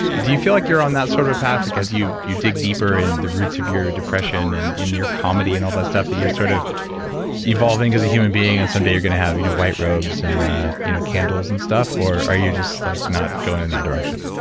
do you feel like you're on that sort of a path like as you you dig deeper in the roots of your depression and in your comedy and all that stuff that you're sort of evolving as a human being and someday you're going to have you know white robes and you know candles and stuff or are you just like not going in that direction?